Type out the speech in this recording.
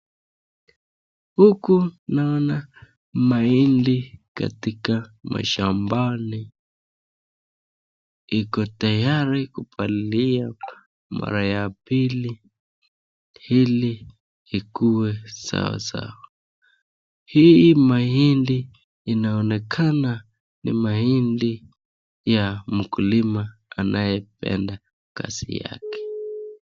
Huku naona mahindi katika mashambani, iko tayari kupalilia mara ya pili ili ikie sawa sawa. Hii mahindi inaonekana ni mahindi ya mkulima anayependa kazi yake.